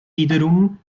wiederum